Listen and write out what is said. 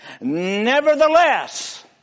nevertheless